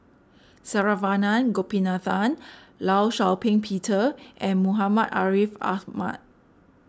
Saravanan Gopinathan Law Shau Ping Peter and Muhammad Ariff Ahmad